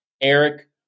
Eric